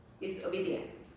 disobedience